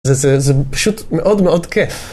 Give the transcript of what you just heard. זה פשוט מאוד מאוד כיף.